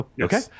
okay